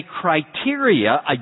criteria